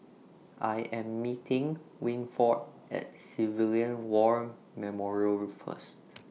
I Am meeting Winford At Civilian War Memorial First